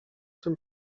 tym